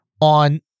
on